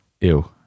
Ew